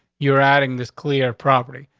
you're adding this clear property.